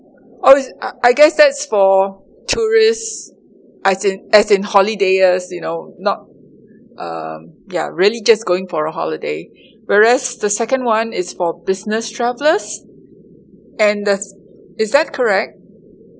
oh it's uh I guess that's for tourist as in as in holidays you know not um ya really just going for a holiday whereas the second one is for business travellers and the is that correct